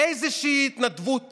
באיזושהי התנדבות